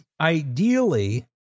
Ideally